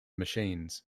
machines